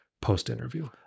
post-interview